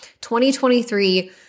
2023